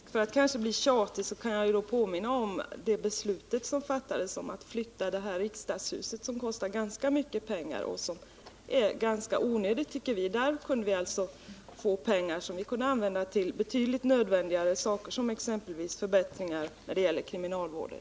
Herr talman! Med risk för att bli tjatig kan jag påminna om det beslut som har fattats om att flytta från det här riksdagshuset, något som kostar ganska mycket pengar och som vi tycker är ganska onödigt. Där kunde vi få pengar som kunde användas till betydligt mer nödvändiga saker, exempelvis förbättringar inom kriminalvården.